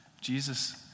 Jesus